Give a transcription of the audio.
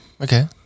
Okay